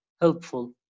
helpful